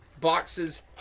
boxes